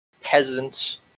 Peasant